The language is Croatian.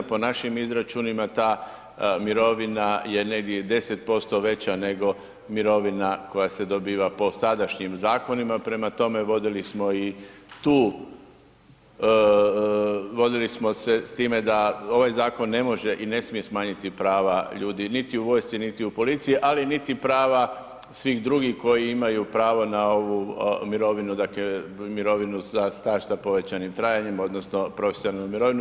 Po našim izračunima ta mirovina je negdje 10% veća nego mirovina koja se dobiva po sadašnjim zakonima, prema tome, vodili smo i tu, vodili smo se s time da ovaj zakon ne može i ne smije smanjiti prava ljudi, niti u vojsci niti u policiji, ali niti prava svih drugih koji imaju pravo na ovu mirovinu dakle, mirovinu, sa staž sa povećanim trajanjem, odnosno profesionalnu mirovinu.